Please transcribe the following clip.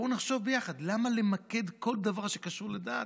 בוא נחשוב ביחד: למה למקד כל דבר שקשור לדת?